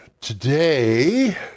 today